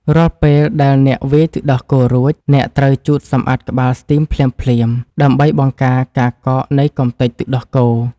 រាល់ពេលដែលអ្នកវាយទឹកដោះគោរួច អ្នកត្រូវជូតសម្អាតក្បាលស្ទីមភ្លាមៗ ដើម្បីបង្ការការកកនៃកម្ទេចទឹកដោះគោ។